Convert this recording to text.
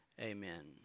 Amen